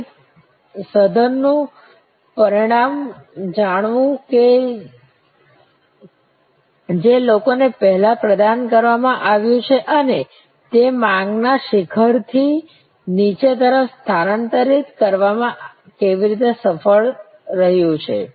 વિવિધ સઘનનું પરિણામ જાણવું કે જે લોકોને પહેલા પ્રદાન કરવામાં આવ્યું છે અને તે માંગને શિખરથી નીચે તરફ સ્થાનાંતરિત કરવામાં કેવી રીતે સફળ રહ્યું છે